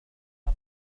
عزف